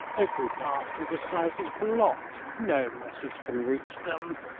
every path to the south is blocked. no message can reach them.